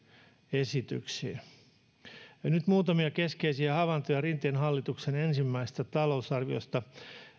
esityksiin nyt muutamia keskeisiä havaintoja rinteen hallituksen ensimmäisestä talousarviosta